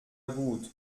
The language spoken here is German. gut